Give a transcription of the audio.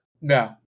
No